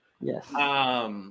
Yes